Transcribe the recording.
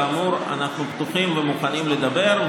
כאמור אנחנו פתוחים ומוכנים לדבר,